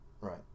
Right